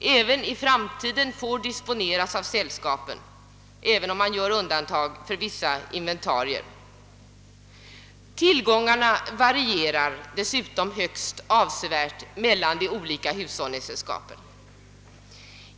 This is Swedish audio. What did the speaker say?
även i framtiden får disponeras av sällskapen, även om man gör undantag för vissa inventarier. Tillgångarnas storlek varierar högst avsevärt mellan de olika hushållningssällskapen.